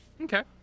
Okay